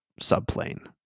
subplane